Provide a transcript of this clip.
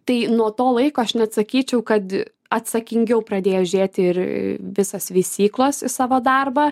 tai nuo to laiko aš net sakyčiau kad atsakingiau pradėjo žiūrėti ir visas veisyklos į savo darbą